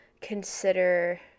consider